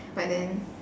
but then